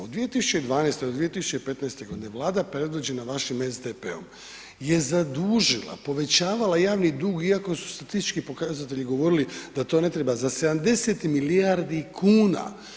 U 2012. do 2015. godine Vlada predvođena vašim SDP-om je zadužila, povećavala javni dug iako su statistički pokazatelji govorili da to ne treba za 70 milijardi kuna.